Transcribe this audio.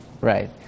Right